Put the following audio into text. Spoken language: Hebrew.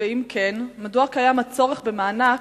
2. אם כן, מדוע קיים הצורך במענק,